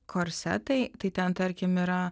korsetai tai ten tarkim yra